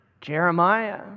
Jeremiah